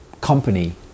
company